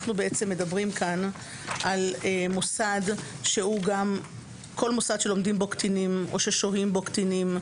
אנו מדברים פה על כל מוסד שלומדים בו קטינים או ששוהים בו קטינים,